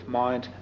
mind